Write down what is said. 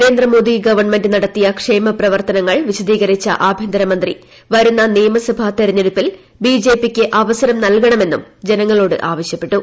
Narendra Modi government നടത്തിയ ക്ഷേമപ്രവർത്തനങ്ങൾ വിശദ്ദീകരിച്ച ആഭ്യന്തരമന്ത്രി വരുന്ന നിയമസഭാ തെരഞ്ഞെടുപ്പിൽ ബിജെപിക്ക് അവസരം നല്കണമെന്നും ജനങ്ങളോട് ആവശ്യപ്പെട്ടു